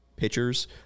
pitchers